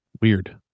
Weird